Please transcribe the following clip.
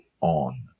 on